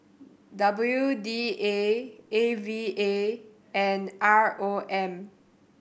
W D A A V A and R O M